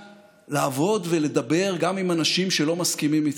לעבוד ולדבר גם עם אנשים שלא מסכימים איתך: